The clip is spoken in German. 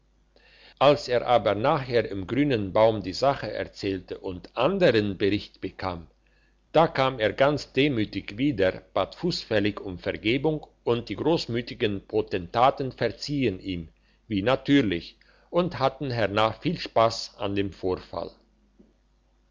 als er aber nachher im grünen baum die sache erzählte und andern bericht bekam da kam er ganz demütig wieder bat fussfällig um vergebung und die grossmütigen potentaten verziehen ihm wie natürlich und hatten hernach viel spass an dem vorfall